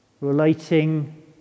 relating